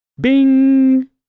Bing